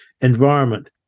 Environment